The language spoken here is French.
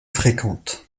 fréquente